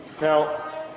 Now